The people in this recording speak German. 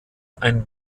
ein